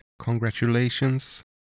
Congratulations